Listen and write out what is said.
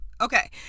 okay